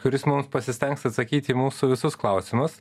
kuris mums pasistengs atsakyti į mūsų visus klausimus